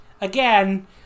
again